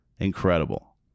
Incredible